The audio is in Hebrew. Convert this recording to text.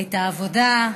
את העבודה,